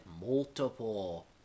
multiple